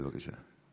בבקשה.